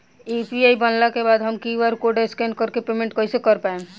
UPI बनला के बाद हम क्यू.आर कोड स्कैन कर के पेमेंट कइसे कर पाएम?